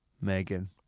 Megan